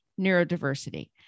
neurodiversity